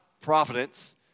providence